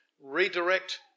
redirect